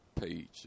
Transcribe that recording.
page